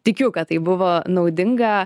tikiu kad tai buvo naudinga